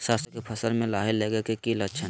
सरसों के फसल में लाही लगे कि लक्षण हय?